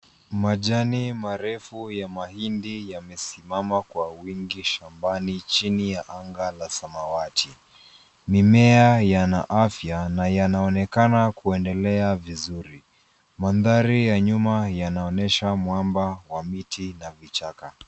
Majani marefu ya mahindi yamesimama kwa wingi shambani chini ya anga la samawati. Mimea yana afya na yanaonekana kuendelea vizuri. Mandhari ya nyuma yanaonyesha mwamba wa miti na vichaka.